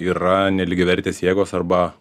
yra nelygiavertės jėgos arba